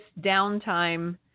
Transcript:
downtime